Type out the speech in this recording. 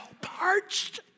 parched